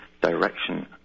direction